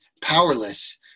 powerless